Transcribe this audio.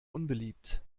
unbeliebt